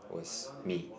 was me